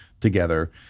together